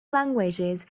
languages